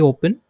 Open